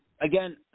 again